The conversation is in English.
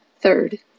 Third